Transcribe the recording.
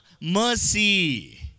MERCY